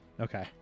Okay